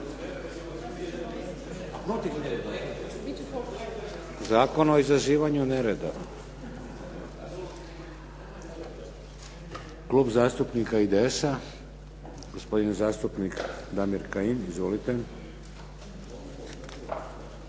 Zakon o izazivanju nereda. Klub zastupnika IDS-a, gospodin zastupnik Damir Kajin. Izvolite.